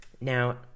Now